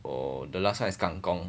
or the last time is kang kong